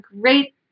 great